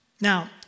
Now